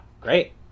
great